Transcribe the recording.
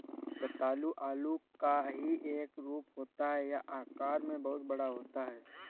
रतालू आलू का ही एक रूप होता है यह आकार में बहुत बड़ा होता है